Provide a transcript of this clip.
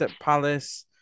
Palace